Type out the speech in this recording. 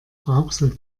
rauxel